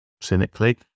cynically